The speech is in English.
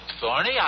Thorny